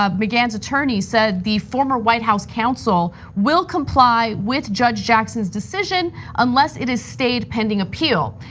um mcgahn's attorney, said the former white house counsel will comply with judge jackson's decision unless it is stayed pending appeal.